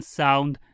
sound